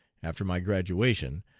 after my graduation,